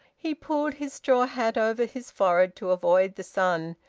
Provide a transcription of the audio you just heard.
he pulled his straw hat over his forehead to avoid the sun,